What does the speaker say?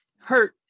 hurt